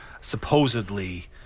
supposedly